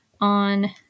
on